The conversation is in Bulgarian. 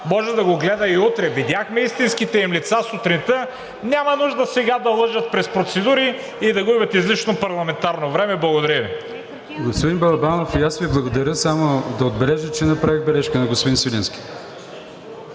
може да го гледа и утре. Видяхме истинските им лица сутринта. Няма нужда сега да лъжат през процедури и да губят излишно парламентарно време. Благодаря Ви. ПРЕДСЕДАТЕЛ АТАНАС АТАНАСОВ: Господин Балабанов, и аз Ви благодаря. Само да отбележа, че направих бележка на господин Свиленски.